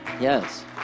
yes